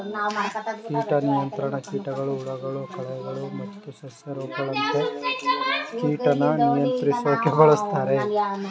ಕೀಟ ನಿಯಂತ್ರಣ ಕೀಟಗಳು ಹುಳಗಳು ಕಳೆಗಳು ಮತ್ತು ಸಸ್ಯ ರೋಗಗಳಂತ ಕೀಟನ ನಿಯಂತ್ರಿಸೋಕೆ ಬಳುಸ್ತಾರೆ